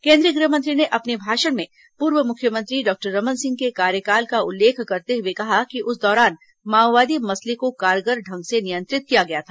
केंद्रीय गृह मंत्री ने अपने भाषण में पूर्व मुख्यमंत्री डॉक्टर रमन सिंह के कार्यकाल का उल्लेख करते हुए कहा कि उस दौरान माओवादी मसले को कारगर ढंग से नियंत्रित किया गया था